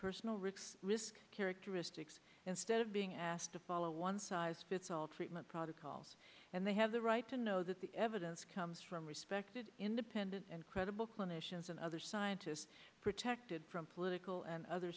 personal risk risk characteristics instead of being asked to follow a one size fits all treatment protocol and they have the right to know that the evidence comes from respected independent and credible clinicians and other scientists protected from political and other